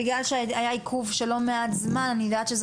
בגלל שהיה עיכוב של לא מעט זמן אני יודעת שזה